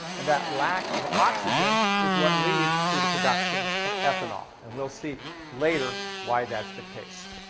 and that lack of oxygen is what leads to the production of ethanol, and we'll see later why that's the case.